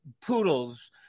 poodles